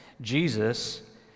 Jesus